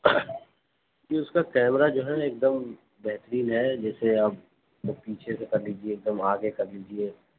جی اس کا کیمرہ جو ہے نا ایک دم بہترین ہے جیسے آپ پیچھے سے کر لیجیے ایک دم آگے کر لیجیے